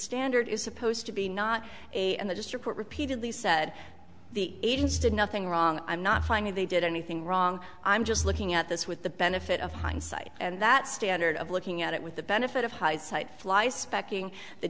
standard is supposed to be not a and they just report repeatedly said the agents did nothing wrong i'm not finding they did anything wrong i'm just looking at this with the benefit of hindsight and that standard of looking at it with the benefit of hindsight fly specking the